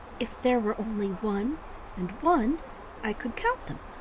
if there were only one and one i could count them,